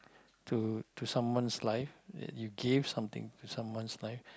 to to someone's life that you gave something to someone's life